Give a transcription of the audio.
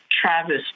Travis